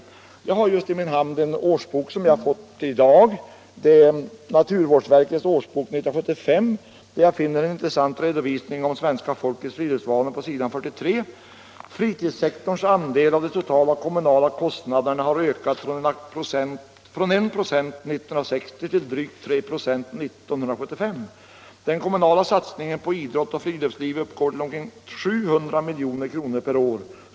Nu har jag just i min hand Naturvårdsverkets årsbok 1975, som jag har fått i dag. Där finner jag på s. 43 en intressant redovisning av svenska folkets friluftsvanor: | ”Fritidssektorns andel av de totala kommunala kostnaderna har ökat från en procent 1960 till drygt tre procent 1975. Den kommunala satsningen på idrott och friluftsliv uppgår till omkring 700 miljoner kronor per år.